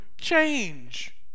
change